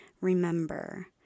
Remember